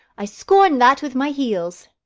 i scorn that with my heels.